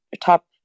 top